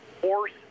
horse